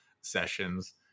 sessions